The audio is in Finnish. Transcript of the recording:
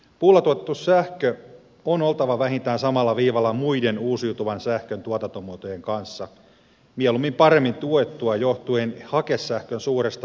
puulla tuotetun sähkön on oltava vähintään samalla viivalla muiden uusiutuvan sähkön tuotantomuotojen kanssa mieluummin paremmin tuettua joh tuen hakesähkön suuresta työllistämisvaikutuksesta